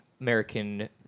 American